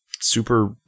Super